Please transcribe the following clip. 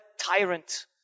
tyrant